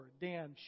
Dan